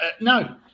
No